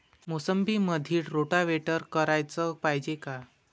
मोसंबीमंदी रोटावेटर कराच पायजे का?